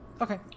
Okay